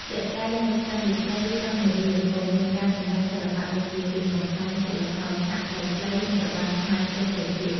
ជាក់ស្តែងនៅផ្សាររាត្រីកោះនរា ក៏មានការសម្តែងសិល្បៈដូចជារឿងកំប្លែង ឈុតល្ខោនឆាកខ្លីៗ និងរបាំខ្មែរផ្សេងៗទៀត។